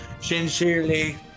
sincerely